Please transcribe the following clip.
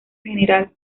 general